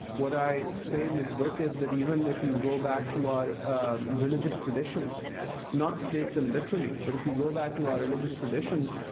what i say in this book is that even if you go back to our religious traditions not to take them literally but if you go back to our religious traditions,